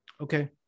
Okay